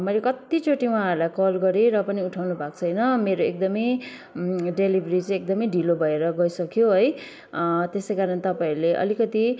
मैले कत्तिचोटि उहाँहरूलाई कल गरेँ र पनि उठाउनु भएको छैन मेरो एकदमै डेलिभरी चाहिँ एकदमै ढिलो भएर गइसक्यो है त्यसै कारण तपाईँहरूले अलिकति